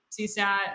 CSAT